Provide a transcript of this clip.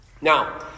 Now